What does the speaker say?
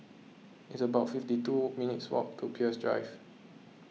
it's about fifty two minutes' walk to Peirce Drive